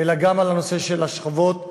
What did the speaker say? אלא גם על הנושא של שכבות הביניים,